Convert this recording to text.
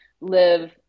live